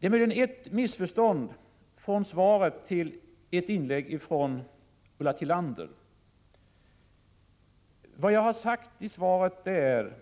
Det är mer än ett missförstånd i Ulla Tillanders inlägg. Vad jag har sagt i svaret är